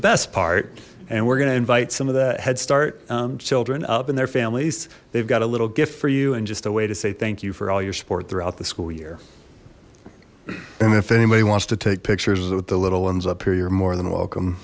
best part and we're gonna invite some of the headstart children up and their families they've got a little gift for you and just a way to say thank you for all your support throughout the school year and if anybody wants to take pictures with the little ones up here you're more than welcome